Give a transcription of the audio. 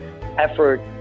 effort